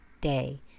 day